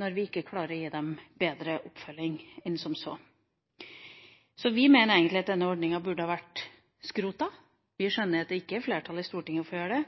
når vi ikke klarer å gi dem bedre oppfølging enn vi gjør. Vi mener at denne ordninga burde ha vært skrotet. Vi skjønner at det ikke er flertall i Stortinget for å gjøre det.